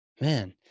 Man